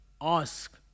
Ask